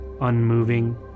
unmoving